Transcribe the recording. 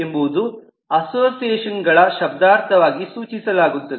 ಎಂಬುವುದನ್ನು ಅಸೋಸಿಯೇಷನ್ ಗಳ ಶಬ್ದಾರ್ಥವಾಗಿ ಸೂಚಿಸಲಾಗುತ್ತದೆ